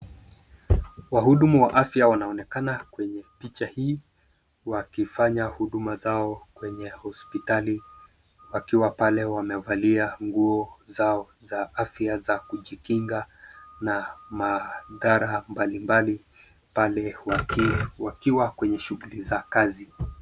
Wahudumu wa afya wanaonekana kwenye picha hii wakifanya huduma zao kwenye hospitali wakiwa pale wamevalia nguo zao za afya za kujikinga na madhara mbalimbali pale wakiwa kwenye shughuli za kazi.